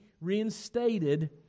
reinstated